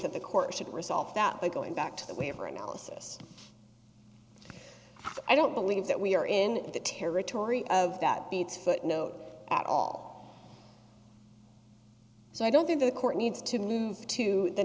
that the court should resolve that by going back to the way for analysis i don't believe that we are in the territory of that beats footnote at all so i don't think the court needs to move to the